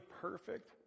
perfect